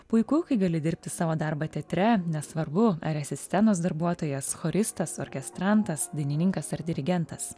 puiku kai gali dirbti savo darbą teatre nesvarbu ar esi scenos darbuotojas choristas orkestrantas dainininkas ar dirigentas